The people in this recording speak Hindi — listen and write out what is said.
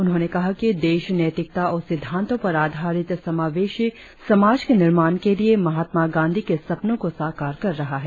उन्होंने कहा कि देश नैतिकता और सिद्धांतों पर आधारित समावेशी समाज के निर्माण के लिए महात्मा गांधी के सपनों को साकार कर रहा है